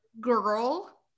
girl